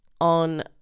on